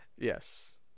Yes